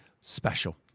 special